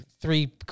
three